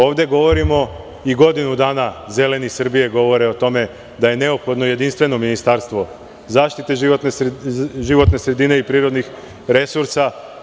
Ovde govorimo i godinu dana Zeleni Srbije govore o tome da je neophodno jedinstveno ministarstvo zaštite životne sredine i privrednih resursa.